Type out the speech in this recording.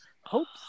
hopes